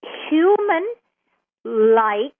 human-like